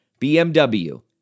BMW